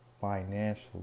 financially